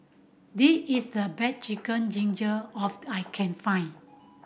this is the best Chicken Gizzard of I can find